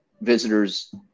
visitors